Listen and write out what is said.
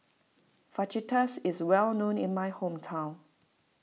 Fajitas is well known in my hometown